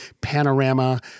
Panorama